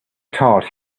thought